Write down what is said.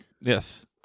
Yes